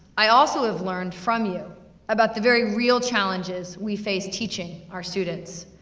i also have learned from you about the very real challenges we face teaching our students,